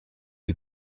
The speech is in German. die